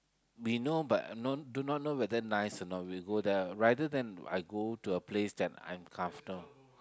we know but no do not know whether nice or not we go there rather than I go to a place that I'm comfortable